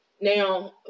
Now